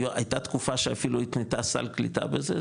הייתה תקופה שאפילו התנתה סל קליטה בזה,